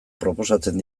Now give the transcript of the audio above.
proposatzen